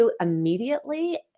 Immediately